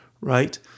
right